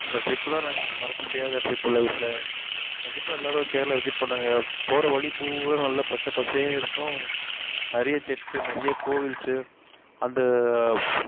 இந்த ட்ரிப்பு தான் நான் எங்களுக்கு மறக்க முடியாத ட்ரிப்பு லைஃப்பில் கண்டிப்பாக எல்லாரும் கேரளா விசிட் பண்ணுங்க போகிற வழி பூரா நல்லா பச்சை பசேலிருக்கும் நிறைய சர்ச்சு நிறைய கோவில்ஸு அந்த